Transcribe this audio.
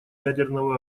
ядерного